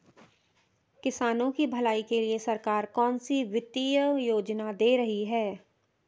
किसानों की भलाई के लिए सरकार कौनसी वित्तीय योजना दे रही है?